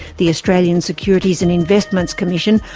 the australian securities and investments commission,